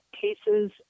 cases